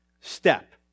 step